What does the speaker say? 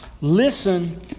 Listen